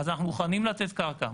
אז אנחנו מוכנים לתת קרקע,